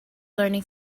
learning